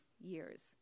years